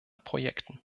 projekten